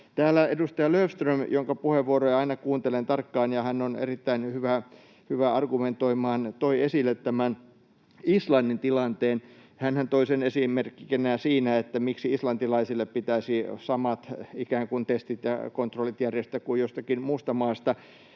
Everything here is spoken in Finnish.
Täällä edustaja Löfström — jonka puheenvuoroja aina kuuntelen tarkkaan, hän on erittäin hyvä argumentoimaan — toi esille tämän Islannin tilanteen. Hänhän toi sen esimerkkinä siinä, miksi islantilaisille pitäisi samat testit ja kontrollit järjestää kuin jostakin muusta maasta